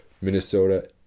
Minnesota